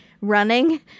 running